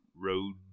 road